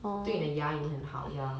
对你的牙龈很好 ya